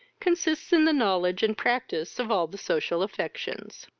consists in the knowledge and practice of all the social affections.